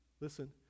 listen